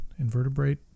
Invertebrate